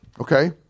okay